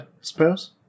suppose